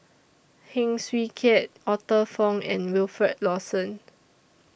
Heng Swee Keat Arthur Fong and Wilfed Lawson